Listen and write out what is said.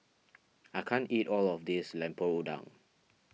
I can't eat all of this Lemper Udang